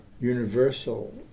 universal